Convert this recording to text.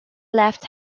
left